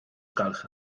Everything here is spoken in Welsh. gwelwch